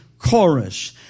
Chorus